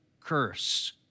curse